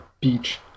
beach